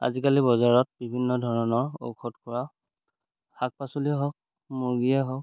আজিকালি বজাৰত বিভিন্ন ধৰণৰ ঔষধ খোৱা শাক পাচলিয়ে হওক মুৰ্গীয়ে হওক